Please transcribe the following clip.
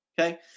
Okay